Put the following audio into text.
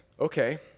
okay